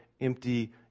empty